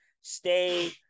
stay